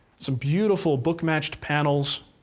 some beautiful book-matched panels,